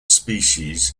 species